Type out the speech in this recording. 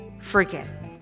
forget